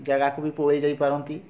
ଯାଗାକୁବି ପଳେଇ ଯାଇ ପାରନ୍ତି